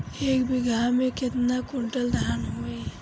एक बीगहा में केतना कुंटल धान होई?